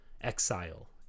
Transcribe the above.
exile